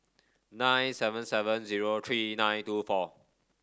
nine seven seven zero three nine two four